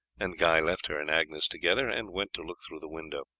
and guy left her and agnes together and went to look through the window.